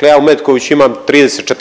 ja u Metkoviću imam 30,